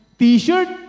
t-shirt